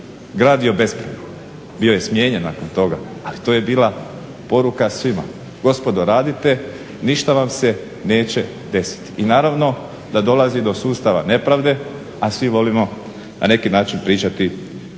gradio bespravno. Bio je smijenjen nakon toga, ali to je bila poruka svima, gospodo radite ništa vam se neće desiti. I naravno da dolazi do sustava nepravde, a svi volimo na neki način pričati